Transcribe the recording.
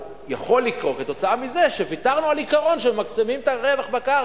או יכול לקרות כתוצאה מזה שוויתרנו על עיקרון שממקסמים את הרווח בקרקע.